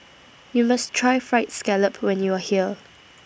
YOU must Try Fried Scallop when YOU Are here